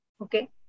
Okay